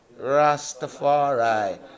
Rastafari